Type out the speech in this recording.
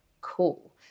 cool